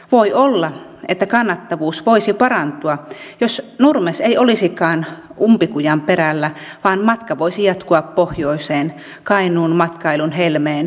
voi olla että kannattavuus voisi parantua jos nurmes ei olisikaan umpikujan perällä vaan matka voisi jatkua pohjoiseen kainuun matkailun helmeen vuokattiin saakka